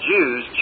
Jews